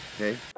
okay